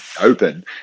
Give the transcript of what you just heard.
open